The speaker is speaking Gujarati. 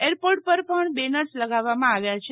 એરપોર્ટ પર પણ બેનર્સ લગાવવામાં આવ્યા છે